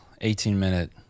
18-minute